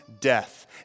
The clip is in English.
death